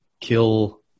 kill